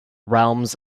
realms